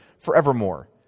forevermore